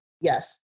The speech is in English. yes